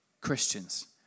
Christians